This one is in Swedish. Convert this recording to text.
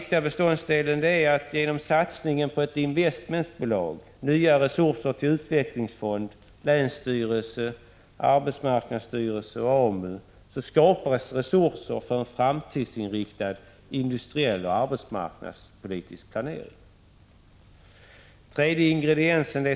2. Genom satsningen på ett investmentbolag, nya resurser till utvecklingsfond, länsstyrelse, AMS och AMU skapas resurser för en framtidsinriktad industriell och arbetsmarknadspolitisk planering. 3.